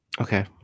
Okay